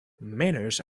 manners